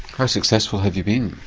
how successful have you been?